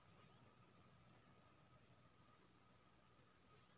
शौखीन लोग सब हरित घर बनबैत छै